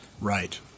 Right